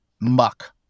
muck